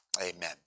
amen